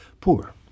poor